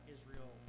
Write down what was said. Israel